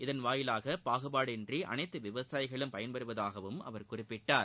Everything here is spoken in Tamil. இதன் மூலம் பாகுபாடின்றி அனைத்து விவசாயிகளும் பயன்பெறுவதாகவும் அவர் குறிப்பிட்டார்